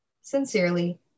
Sincerely